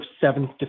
seventh